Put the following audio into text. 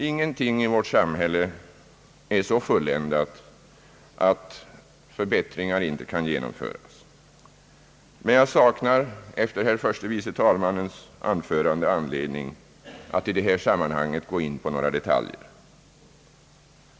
Ingenting i vårt samhälle är så fulländat att förbättringar inte kan genomföras. Men efter herr förste vice talmannens anförande saknar jag anledning att i detta sammanhang gå in på några detaljer.